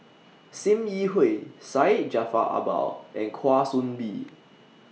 SIM Yi Hui Syed Jaafar Albar and Kwa Soon Bee